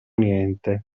niente